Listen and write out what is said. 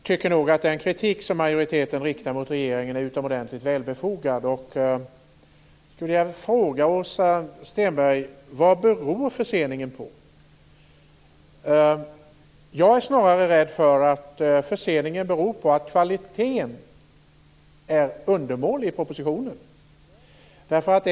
Fru talman! Jag tycker att den kritik som majoriteten riktar mot regeringen är utomordentligt välbefogad. Vad beror förseningen på, Åsa Stenberg? Jag är rädd för att förseningen beror på att kvaliteten på propositionen är undermålig.